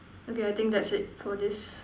okay I think that's it for this